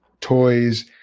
toys